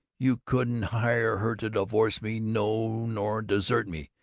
you couldn't hire her to divorce me, no, nor desert me.